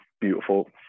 beautiful